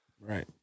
right